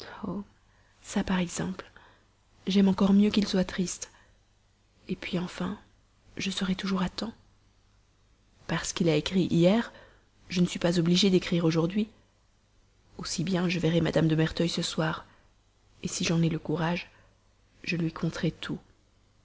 ça par exemple j'aime encore mieux qu'il soit triste puis enfin je serai toujours à temps parce qu'il a écrit hier je ne suis pas obligée d'écrire aujourd'hui aussi bien je verrai mme de merteuil ce soir si j'en ai le courage je lui conterai tout